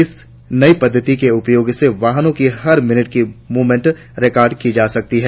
इस नई पद्दति के उपयोग से वाहनों की हर मिनट का मूवमेंट रिकॉर्ड किया जा सकता है